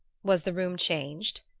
was the room changed?